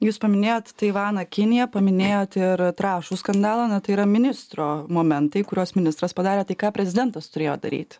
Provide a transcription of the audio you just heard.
jūs paminėjot taivaną kiniją paminėjot ir trąšų skandalą na tai yra ministro momentai kuriuos ministras padarė tai ką prezidentas turėjo daryt